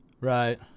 Right